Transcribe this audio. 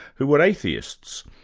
who were atheists.